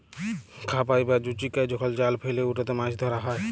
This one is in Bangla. খাবাই বা জুচিকাই যখল জাল ফেইলে উটতে মাছ ধরা হ্যয়